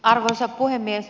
arvoisa puhemies